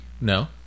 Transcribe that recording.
No